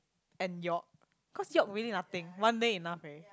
and York cause York really nothing one day enough already